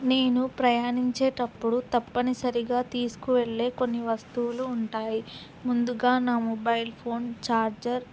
నేను ప్రయాణించేటప్పుడు తప్పనిసరిగా తీసుకువళ్ళలే కొన్ని వస్తువులు ఉంటాయి ముందుగా నా మొబైల్ ఫోన్ ఛార్జర్